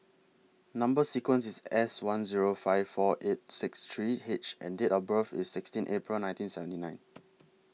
Number sequence IS S one Zero five four eight six three H and Date of birth IS sixteen April nineteen seventy nine